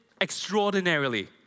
extraordinarily